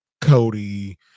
Cody